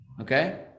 okay